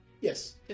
Yes